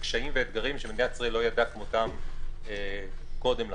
קשיים ואתגרים שמדינת ישראל לא ידעה כמותם קודם לכן.